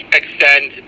extend